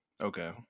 Okay